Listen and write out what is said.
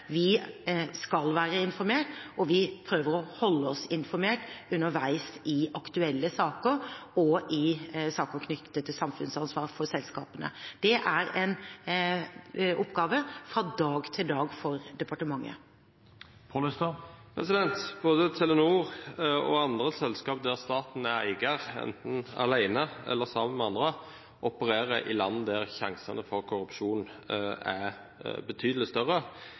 Vi skal være informert, og vi prøver å holde oss informert underveis i aktuelle saker og i saker knyttet til samfunnsansvar for selskapene. Det er en oppgave fra dag til dag for departementet. Både Telenor og andre selskaper der staten er eier, enten alene eller sammen med andre, opererer i land der sjansene for korrupsjon er betydelig større